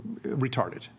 Retarded